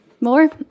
more